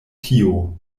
tio